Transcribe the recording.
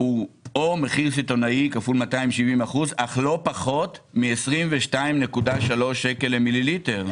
הוא או מחיר סיטונאי כול 270 אחוזים אך לא פחות מ-22.3 שקלים למיליליטר.